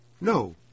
No